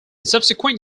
subsequent